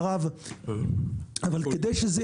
אבל כדי שזה,